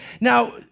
Now